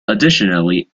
additionally